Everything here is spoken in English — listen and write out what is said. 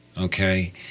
Okay